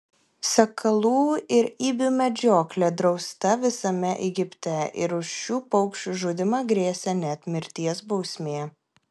sakalų ir ibių medžioklė drausta visame egipte ir už šių paukščių žudymą grėsė net mirties bausmė